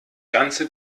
ganze